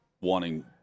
wanting